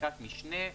חקיקת משנה,